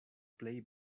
plej